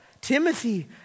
Timothy